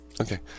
Okay